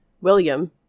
William